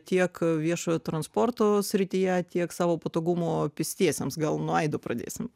tiek viešojo transporto srityje tiek savo patogumo pėstiesiems gal nuo aido pradėsim